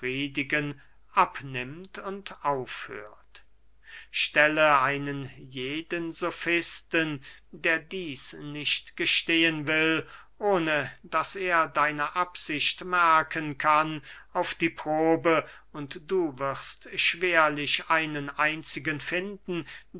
abnimmt und aufhört stelle einen jeden sofisten der dieß nicht gestehen will ohne daß er deine absicht merken kann auf die probe und du wirst schwerlich einen einzigen finden